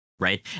right